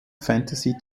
fantasy